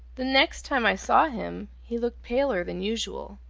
the next time i saw him, he looked paler than usual.